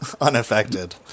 unaffected